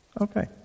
Okay